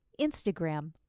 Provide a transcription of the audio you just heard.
Instagram